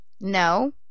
No